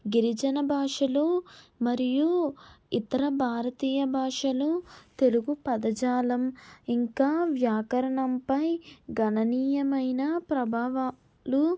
గిరిజన భాషలు మరియు ఇతర భారతీయ భాషలు తెలుగు పదజాలం ఇంకా వ్యాకరణంపై గణనీయమైన ప్రభావలు